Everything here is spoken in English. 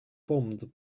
bombed